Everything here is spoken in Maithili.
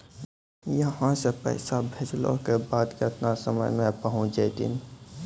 यहां सा पैसा भेजलो के बाद केतना समय मे पहुंच जैतीन?